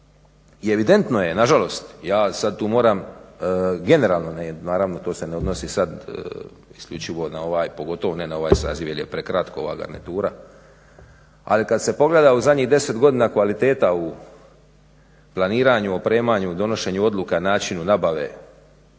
I evidentno je nažalost, ja sad tu moram generalno … naravno to se ne odnosi sad isključivo na ovaj, pogotovo ne na ovaj saziv jer je prekratko ova garnitura, ali kad se pogleda u zadnjih 10 godina kvaliteta u planiranju, opremanju, donošenju odluka, načinu nabave,